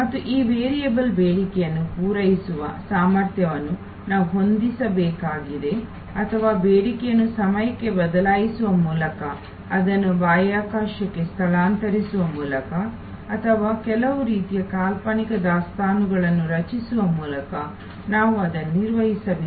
ಮತ್ತು ಈ ವೇರಿಯಬಲ್ ಬೇಡಿಕೆಯನ್ನು ಪೂರೈಸುವ ಸಾಮರ್ಥ್ಯವನ್ನು ನಾವು ಹೊಂದಿಸಬೇಕಾಗಿದೆ ಅಥವಾ ಬೇಡಿಕೆಯನ್ನು ಸಮಯಕ್ಕೆ ಬದಲಾಯಿಸುವ ಮೂಲಕ ಅದನ್ನು ಬಾಹ್ಯಾಕಾಶಕ್ಕೆ ಸ್ಥಳಾಂತರಿಸುವ ಮೂಲಕ ಅಥವಾ ಕೆಲವು ರೀತಿಯ ಕಾಲ್ಪನಿಕ ದಾಸ್ತಾನುಗಳನ್ನು ರಚಿಸುವ ಮೂಲಕ ನಾವು ಅದನ್ನು ನಿರ್ವಹಿಸಬೇಕು